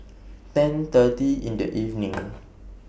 ten thirty in The evening